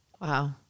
Wow